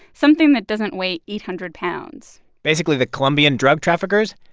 something that doesn't weigh eight hundred pounds basically, the colombian drug traffickers,